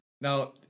now